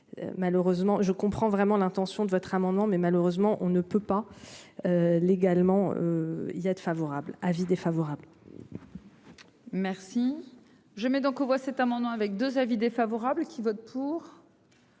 je comprends vraiment l'intention de votre amendement mais malheureusement on ne peut pas. Légalement. Iliad favorable avis défavorable. Merci. Je mets donc aux voix cet amendement avec 2 avis défavorables qui vote pour.